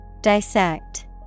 Dissect